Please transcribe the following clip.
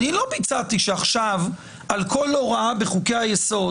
לא הצעתי שעכשיו על כל הוראה בחוקי היסוד